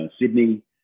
Sydney